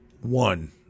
One